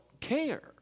care